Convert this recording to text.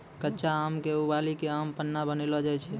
कच्चा आम क उबली कॅ आम पन्ना बनैलो जाय छै